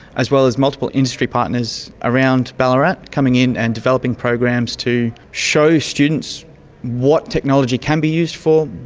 as well as multiple industry partners around ballarat coming in and developing programs to show students what technology can be used for,